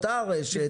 אותה רשת,